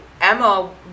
Emma